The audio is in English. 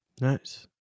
nice